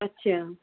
ਅੱਛਾ